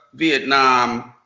vietnam,